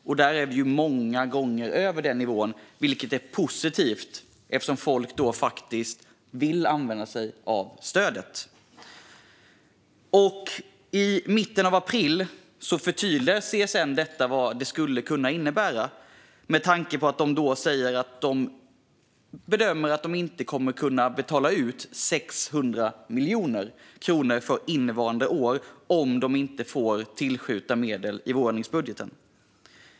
Nu är vi många gånger över den nivån, vilket är positivt eftersom folk då faktiskt vill använda sig av stödet. I mitten av april förtydligade CSN vad detta skulle kunna innebära. De bedömde att de inte skulle kunna betala ut 600 miljoner kronor för innevarande år om de inte fick tillskjutna medel i vårändringsbudgeten.